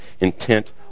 intent